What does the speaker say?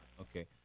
Okay